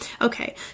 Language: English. Okay